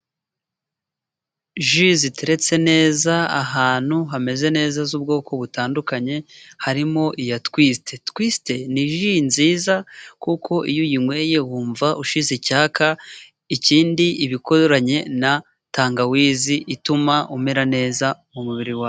Ji ziteretse neza, ahantu hameze neza h'ubwoko butandukanye, harimo iya tuwisite, tuwisite ni ji nziza kuko iyo uyinyweye wumva ushize icyaka, ikindi iba ikoranye na tangawizi ituma umera neza mu mubiri wawe.